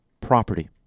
property